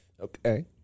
Okay